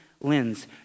lens